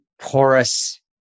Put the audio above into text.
porous